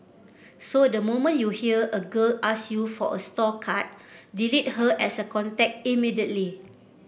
so the moment you hear a girl ask you for a store card delete her as a contact immediately